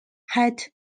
had